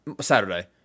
Saturday